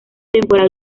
temporal